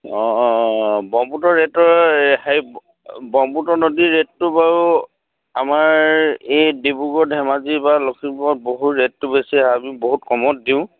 অঁ অঁ অঁ ব্ৰহ্মপুত্ৰৰ ৰেটৰ হেৰি ব্ৰহ্মপুত্ৰ নদীৰ ৰেটটো বাৰু আমাৰ এই ডিব্ৰুগড় ধেমাজি বা লখিমপুৰত বহু ৰেটটো বেছি আমি বহুত কমত দিওঁ